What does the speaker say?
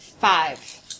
Five